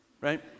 right